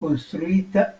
konstruita